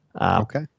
Okay